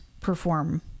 perform